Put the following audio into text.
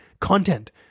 Content